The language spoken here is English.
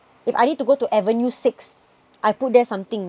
if I need to go to avenue six I put there something